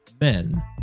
men